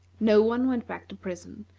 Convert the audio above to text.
no one went back to prison,